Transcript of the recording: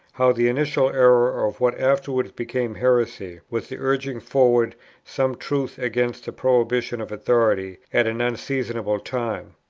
how the initial error of what afterwards became heresy was the urging forward some truth against the prohibition of authority at an unseasonable time.